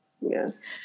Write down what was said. Yes